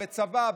בצבא,